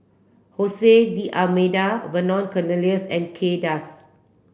Jose D'almeida Vernon Cornelius and Kay Das